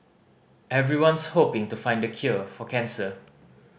everyone's hoping to find the cure for cancer